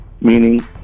meaning